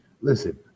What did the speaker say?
listen